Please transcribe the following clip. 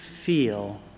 feel